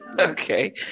Okay